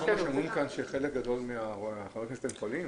מה שהם אומרים כאן שחלק גדול מחברי הכנסת הם חולים.